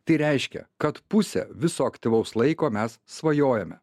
tai reiškia kad pusę viso aktyvaus laiko mes svajojome